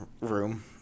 room